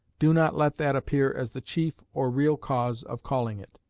do not let that appear as the chief or real cause of calling it.